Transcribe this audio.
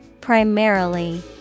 primarily